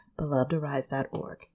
BelovedArise.org